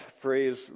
phrase